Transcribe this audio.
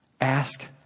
Ask